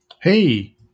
Hey